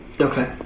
Okay